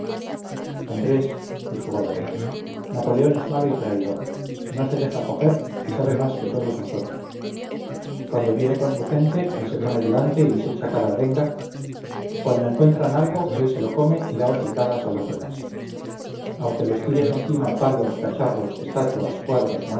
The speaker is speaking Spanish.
andrés dijo badoret napoleón es malo y traidor no se deja coger y sabe más que todos nosotros cuando viene con su gente él se pone delante y les echa cada arenga cuando encuentran algo él se lo come y da hocicadas a los demás aunque le tires encima palos cacharros estatuas cuadros